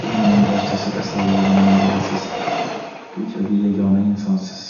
Siz mening barcha sir-asrorlarimni bilasiz. Bu kabi yagona insonsiz.